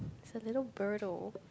it's a little birdo